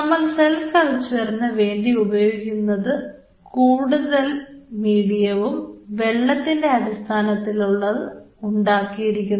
നമ്മൾ സെൽ കൾച്ചറിന് വേണ്ടി ഉപയോഗിക്കുന്ന കൂടുതൽ മീഡിയവും വെള്ളത്തിൻറെ അടിസ്ഥാനത്തിലാണ് ഉണ്ടാക്കിയിരിക്കുന്നത്